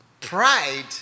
pride